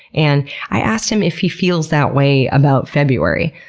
and i asked him if he feels that way about february.